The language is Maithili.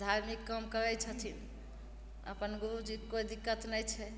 धार्मिक काम करय छथिन अपन गुरूजीके कोइ दिक्कत नहि छै